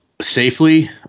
safely